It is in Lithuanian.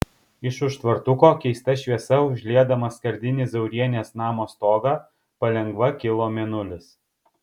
iš už tvartuko keista šviesa užliedamas skardinį zaurienės namo stogą palengva kilo mėnulis